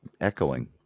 Echoing